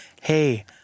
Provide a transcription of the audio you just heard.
hey